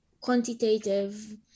quantitative